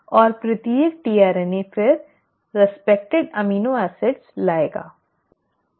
और प्रत्येक tRNA फिर संबंधित अमीनो एसिड लाएगा